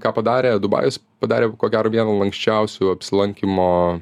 ką padarė dubajus padarė ko gero vieną lanksčiausių apsilankymo